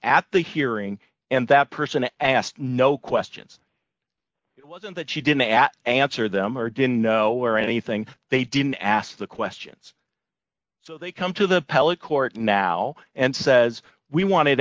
at the hearing and that person asked no questions it wasn't that she didn't at answer them or didn't know or anything they didn't ask the questions so they come to the pella court now and says we want